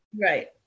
Right